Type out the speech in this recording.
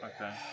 Okay